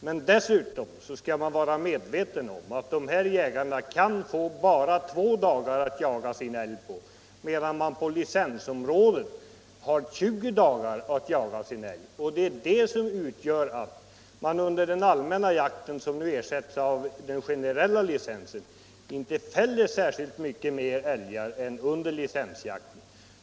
För det andra skall man vara medveten om att dessa jägare kan få bara två dagar att jaga sin älg på medan man på licensområdet har 20 dagar att jaga sin älg. Det är alltså så att man under den allmänna jakten, som ersätts av den generella licensen, inte fäller särskilt mycket mer älgar än under den speciella licensjakten.